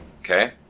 Okay